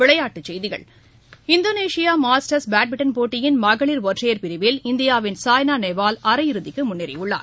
விளையாட்டுச் செய்திகள் Indonesia Masters badminton போட்டியின் மகளிர் ஒற்றையர் பிரிவில் இந்தியாவின் சாய்னா நேவால் அரை இறுதிக்கு முன்னேறியுள்ளார்